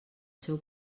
seu